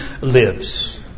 lives